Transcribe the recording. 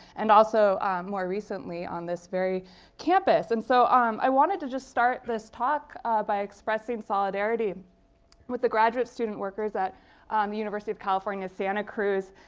and also more recently on this very campus. and so um i wanted to just start this talk by expressing solidarity with the graduate student workers at the university of california, santa cruz,